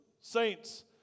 saints